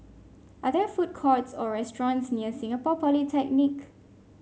are there food courts or restaurants near Singapore Polytechnic